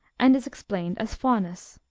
and is explained as faunus.